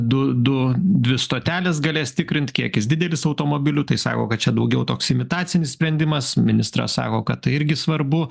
du du dvi stotelės galės tikrint kiekis didelis automobilių tai sako kad čia daugiau toks imitacinis sprendimas ministras sako kad tai irgi svarbu